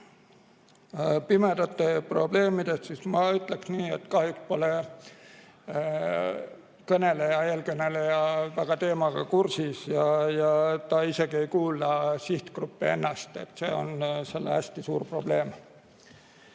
pimedate probleemidest. Ma ütleksin nii, et kahjuks pole eelkõneleja väga teemaga kursis ja ta isegi ei kuula sihtgruppi ennast. See on hästi suur probleem.